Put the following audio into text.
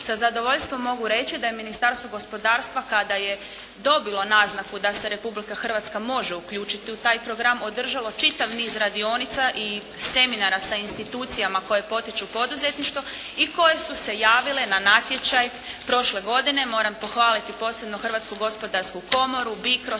Sa zadovoljstvom mogu reći da je Ministarstvo gospodarstva kada je dobilo naznaku da se Republika Hrvatska može uključiti u taj program održalo čitav niz radionica i seminara sa institucijama koje potiču poduzetništvo i koje su se javile na natječaj prošle godine. Moram pohvaliti posebno Hrvatsku gospodarsku komoru, Bicro,